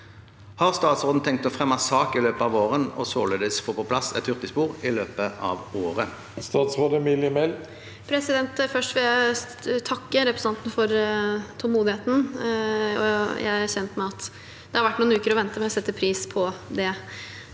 Har statsråden tenkt å fremme sak i løpet av våren og således få på plass et hurtigspor i løpet av året?» Statsråd Emilie Mehl Først vil jeg takke representanten for tålmodigheten. Jeg er kjent med at det har vært noen uker å vente, men jeg setter pris på at